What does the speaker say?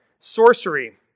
Sorcery